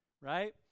right